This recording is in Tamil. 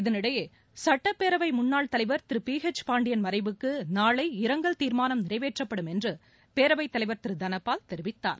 இதனிடையே சட்டப்பேரவை முன்னாள் தலைவர் திரு பி எச் பாண்டியன் மறைவுக்கு நாளை இரங்கல் தீர்மானம் நிறைவேற்றப்படும் என்று பேரவைத் தலைவர் திரு தனபால் தெரிவித்தார்